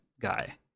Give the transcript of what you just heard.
guy